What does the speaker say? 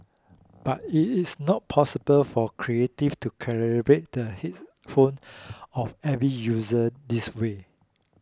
but it is not possible for Creative to the headphone of every user this way